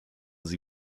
sie